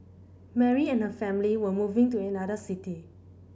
Mary and her family were moving to another city